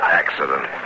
accident